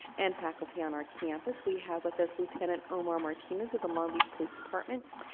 and faculty on our campus. we have with us lieutenant omar martinez of the long beach police department,